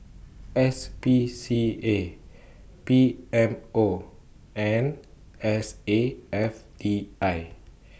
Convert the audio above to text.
S P C A P M O and S A F T I